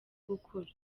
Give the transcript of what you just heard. gukura